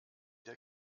der